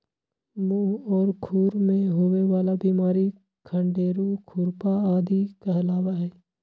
मुह और खुर में होवे वाला बिमारी खंडेरू, खुरपा आदि कहलावा हई